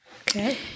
Okay